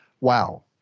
wow